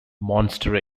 monster